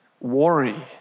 worry